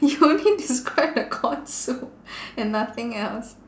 you only describe the corn soup and nothing else